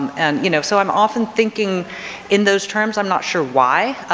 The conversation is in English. and you know, so i'm often thinking in those terms i'm not sure why.